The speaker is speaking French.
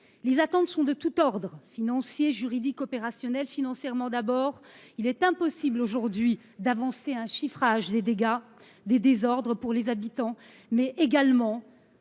Les attentes sont de tous ordres : financier, juridique opérationnel. Financièrement, d’abord, il est impossible aujourd’hui d’avancer un chiffrage des dégâts et des désordres pour les habitants, mais également